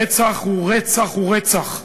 רצח הוא רצח הוא רצח.